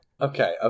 okay